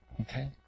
Okay